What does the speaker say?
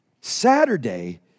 Saturday